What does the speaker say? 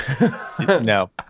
no